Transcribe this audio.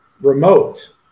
remote